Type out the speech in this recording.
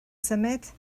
symud